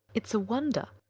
it's a wonder,